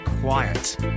quiet